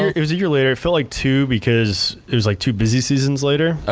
it was a year later. it felt like two because it was like two busy seasons later.